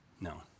No